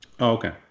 Okay